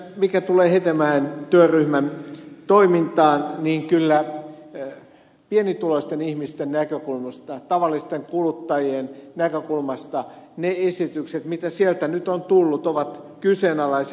mitä tulee hetemäen työryhmän toimintaan niin kyllä pienituloisten ihmisten näkökulmasta tavallisten kuluttajien näkökulmasta ne esitykset joita sieltä nyt on tullut ovat kyseenalaisia